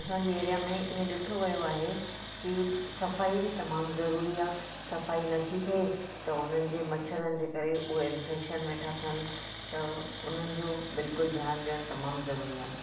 असां जे एरिया में इएं ॾिठो वयो आहे कि सफ़ाई बि तमाम ज़रूरी आहे सफ़ाई नथी थिए त उन्हनि जे मछरनि जे करे उहे इन्फेक्शन वेठा थियनि त उन्हनि जो बिल्कुल ध्यान ॾियण तमामु ज़रूरी आहे